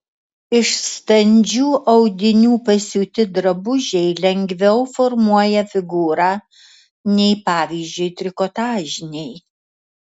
iš standžių audinių pasiūti drabužiai lengviau formuoja figūrą nei pavyzdžiui trikotažiniai